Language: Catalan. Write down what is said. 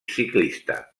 ciclista